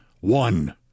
one